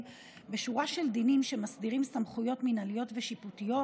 בשורה של דינים שמסדירים סמכויות מינהליות ושיפוטיות